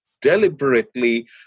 deliberately